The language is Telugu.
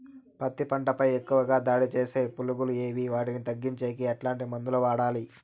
పత్తి పంట పై ఎక్కువగా దాడి సేసే పులుగులు ఏవి వాటిని తగ్గించేకి ఎట్లాంటి మందులు వాడాలి?